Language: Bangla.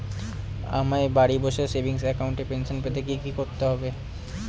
আমায় বাড়ি বসে সেভিংস অ্যাকাউন্টে পেনশন পেতে কি কি করতে হবে?